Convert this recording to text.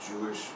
Jewish